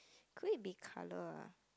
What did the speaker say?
could it be colour ah